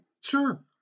Sure